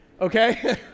Okay